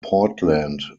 portland